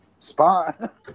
spot